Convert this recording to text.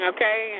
Okay